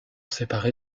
séparer